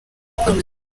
umuziki